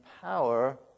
power